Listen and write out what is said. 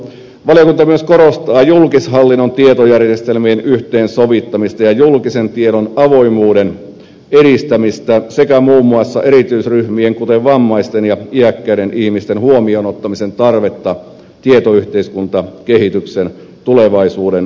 valiokunta myös korostaa julkishallinnon tietojärjestelmien yhteensovittamista ja julkisen tiedon avoimuuden edistämistä sekä muun muassa erityisryhmien kuten vammaisten ja iäkkäiden ihmisten huomioon ottamisen tarvetta tietoyhteiskuntakehityksen tulevaisuuden ratkaisuissa